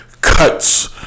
cuts